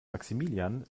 maximilian